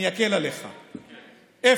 אני אקל עליך, אפס.